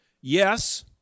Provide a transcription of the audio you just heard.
Yes